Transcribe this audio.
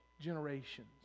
generations